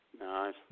Nice